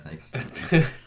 thanks